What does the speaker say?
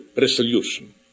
resolution